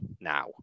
now